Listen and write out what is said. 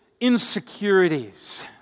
insecurities